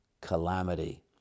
calamity